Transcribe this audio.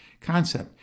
concept